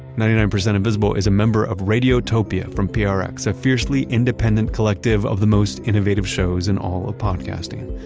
ninety nine percent invisible is a member of radiotopia from ah prx, a fiercely independent collective of the most innovative shows in all of podcasting.